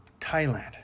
Thailand